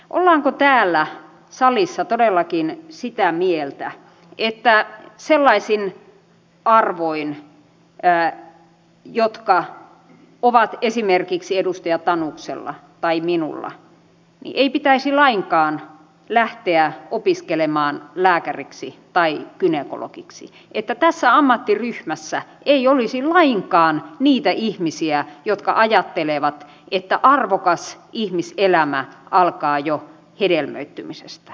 ollaanko täällä salissa todellakin sitä mieltä että sellaisin arvoin jotka ovat esimerkiksi edustaja tanuksella tai minulla ei pitäisi lainkaan lähteä opiskelemaan lääkäriksi tai gynekologiksi että tässä ammattiryhmässä ei olisi lainkaan niitä ihmisiä jotka ajattelevat että arvokas ihmiselämä alkaa jo hedelmöittymisestä